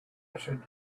answered